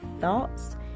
thoughts